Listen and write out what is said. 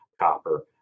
copper